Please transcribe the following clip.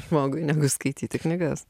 žmogui negu skaityti knygas